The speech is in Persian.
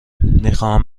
میخواهم